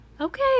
Okay